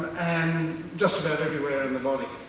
and just about everywhere and body.